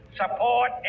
support